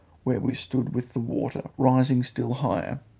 where we stood with the water rising still higher,